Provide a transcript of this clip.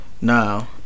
Now